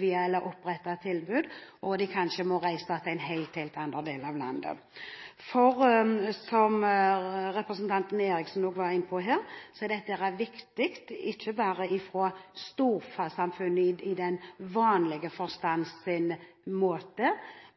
eller opprettet et tilbud, at man kanskje må reise til en helt annen del av landet. Som representanten Eriksen var inne på, er dette viktig ikke bare for storsamfunnet i vanlig forstand,